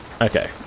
Okay